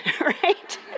right